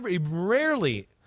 rarely